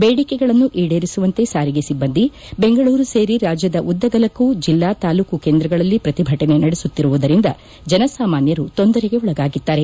ಬೇಡಿಕೆಗಳನ್ನು ಈಡೇರಿಸುವಂತೆ ಸಾರಿಗೆ ಸಿಬ್ಬಂದಿ ಬೆಂಗಳೂರು ಸೇರಿದಂತೆ ರಾಜ್ಯದ ಉದ್ದಗಲಕ್ಕೂ ಜಿಲ್ಲಾ ತಾಲೂಕು ಕೇಂದ್ರಗಳಲ್ಲಿ ಪ್ರಕಿಭಟನೆ ನಡೆಸುತ್ತಿರುವುದರಿಂದ ಜನಸಾಮಾನ್ಯರು ತೊಂದರೆಗೆ ಒಳಗಾಗಿದ್ದಾರೆ